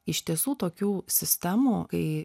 iš tiesų tokių sistemų kai